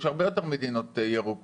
יש הרבה יותר מדינות ירוקות